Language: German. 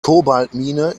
kobaltmine